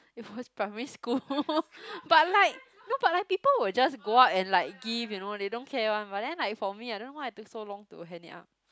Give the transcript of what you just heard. it was primary school but like no but like people will just go up and like give you know they don't care one but then like for me I don't know why I took so long to hand it up